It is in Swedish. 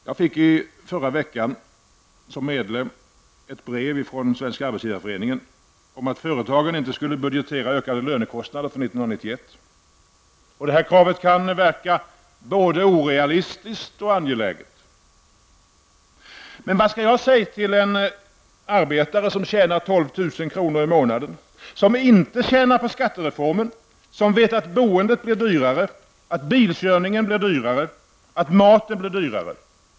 Jag fick i förra veckan, som medlem, ett brev från Svenska arbetsgivareföreningen om att företagen inte skulle budgetera ökade lönekostnader för 1991. Detta krav kan verka både orealistiskt och angeläget. Men vad skall jag säga till en arbetare som tjänar 12 000 kr. i månaden, som inte tjänar på skattereformen och som vet att boendet, bilkörningen och maten blir dyrare?